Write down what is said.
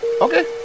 Okay